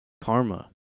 karma